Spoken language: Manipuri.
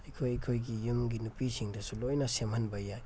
ꯑꯩꯈꯣꯏ ꯑꯩꯈꯣꯏꯒꯤ ꯌꯨꯝꯒꯤ ꯅꯨꯄꯤꯁꯤꯡꯗꯁꯨ ꯂꯣꯏꯅ ꯁꯦꯝꯍꯟꯕ ꯌꯥꯏ